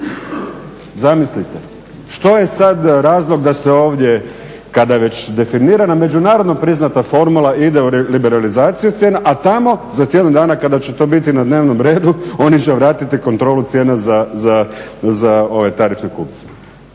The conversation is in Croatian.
zamislite, što je sada razlog da se ovdje kada je već definirana međunarodno priznata formula ide u liberalizaciju cijena, a tamo za tjedan dana kada će to biti na dnevnom redu oni će vratiti kontrolu cijena za ove tarifne kupce.